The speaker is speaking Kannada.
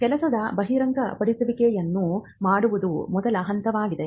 ಕೆಲಸದ ಬಹಿರಂಗಪಡಿಸುವಿಕೆಯನ್ನು ಮಾಡುವುದು ಮೊದಲ ಹಂತವಾಗಿದೆ